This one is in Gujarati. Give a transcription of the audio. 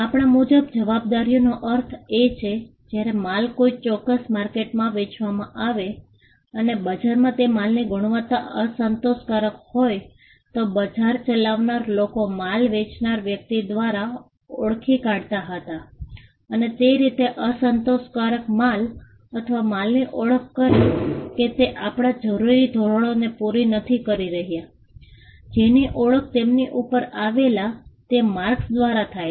આપણા મુજબ જવાબદારીનો અર્થ એ છે જ્યારે માલ કોઈ ચોક્કસ માર્કેટમાં વેચવામાં આવે અને બજારમાં તે માલની ગુણવત્તા અસંતોષકારક હોત તો બજાર ચલાવનારા લોકો માલ વેચનારા વ્યક્તિ દ્વારા ઓળખી કાઢતા હતા અને તે રીતે અસંતોષકારક માલ અથવા માલની ઓળખ કરી કે તે આપણા જરૂરી ધોરણોને પૂરી નથી કરી રહ્યા જેની ઓળખ તેમની ઉપર આવેલા તે માર્કસ દ્વારા થાય છે